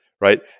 right